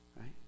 right